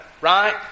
right